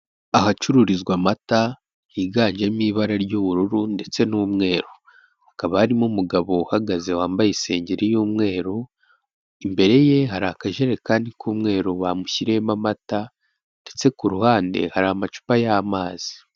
Ahacururizwa amata higanjemo ibara ry'ubururu ndetse n'umweru, hakaba harimo umugabo uhagaze wambaye isengeri y'umweru, imbere ye hari akajerekani k'umweru bamushyimo amata ndetse ku ruhande hari amacupa y'amazi.